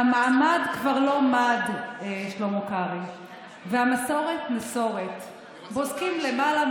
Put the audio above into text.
המעמד כבר / לא מד / והמסורת נסורת / בוזקים מלמעלה